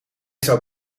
zou